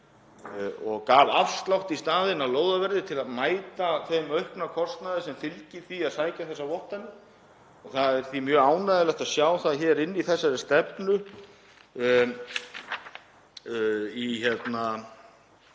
og gaf afslátt í staðinn af lóðarverði til að mæta þeim aukna kostnaði sem fylgir því að sækja þessar vottanir. Það er því mjög ánægjulegt að sjá það hér inni í þessari stefnu þar